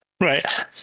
Right